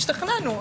השתכנענו.